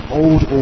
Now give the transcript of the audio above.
old